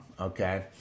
okay